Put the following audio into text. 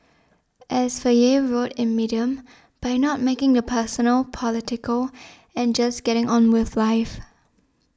as Faye wrote in Medium by not making the personal political and just getting on with life